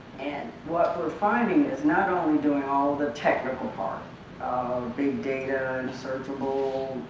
and what we're finding is not only doing all the technical part big data, searchable,